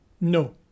No